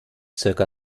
zirka